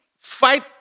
fight